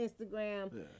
Instagram